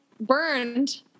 burned